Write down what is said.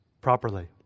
properly